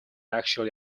actually